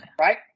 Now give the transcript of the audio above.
right